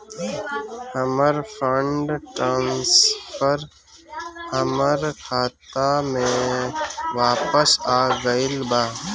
हमर fund transfer हमर खाता में वापस आ गईल बा